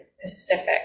Pacific